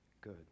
good